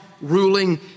ruling